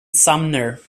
sumner